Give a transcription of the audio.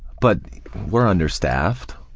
but we're understaffed.